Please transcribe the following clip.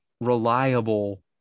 reliable